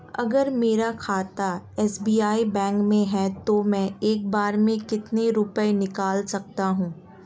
अगर मेरा खाता एस.बी.आई बैंक में है तो मैं एक बार में कितने रुपए निकाल सकता हूँ?